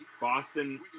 Boston